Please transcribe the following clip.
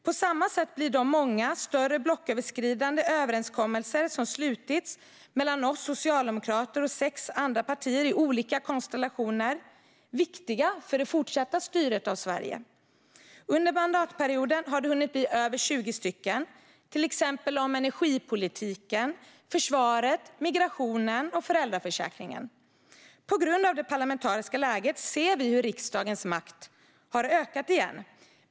På samma sätt blir de många större blocköverskridande överenskommelser som slutits mellan oss Socialdemokrater och sex andra partier i olika konstellationer viktiga för det fortsatta styret av Sverige. Under mandatperioden har det hunnit bli över 20 stycken. Det gäller till exempel energipolitiken, försvaret, migrationen och föräldraförsäkringen. På grund av det parlamentariska läget ser vi hur riksdagens makt har ökat igen.